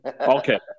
Okay